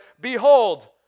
behold